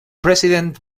president